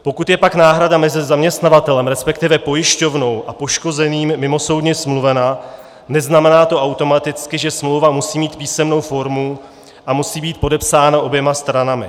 Pokud je pak náhrada mezi zaměstnavatelem, resp. pojišťovnou a poškozeným mimosoudně smluvena, neznamená to automaticky, že smlouva musí mít písemnou formu a musí být podepsána oběma stranami.